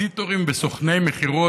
אקזיטורים וסוכני מכירות,